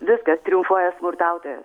viskas triumfuoja smurtautojas